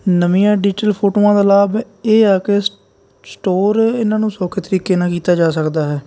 ਨਵੀਆਂ ਡਿਜੀਟਲ ਫੋਟੋਆਂ ਦਾ ਲਾਭ ਇਹ ਆ ਕਿ ਸ ਸਟੋਰ ਇਹਨਾਂ ਨੂੰ ਸੌਖੇ ਤਰੀਕੇ ਨਾਲ ਕੀਤਾ ਜਾ ਸਕਦਾ ਹੈ